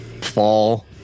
fall